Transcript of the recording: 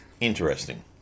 Interesting